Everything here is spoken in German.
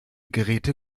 geräte